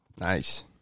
Nice